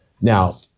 Now